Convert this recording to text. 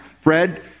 Fred